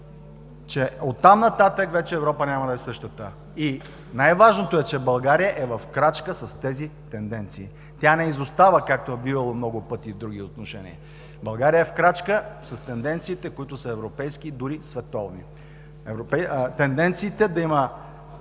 че от там нататък вече Европа няма да е същата. Най-важното е, че България е в крачка с тези тенденции. Тя не изостава, както е бивало много пъти в други отношения. България е в крачка с тенденциите, които са европейски, дори световни – тенденцията да има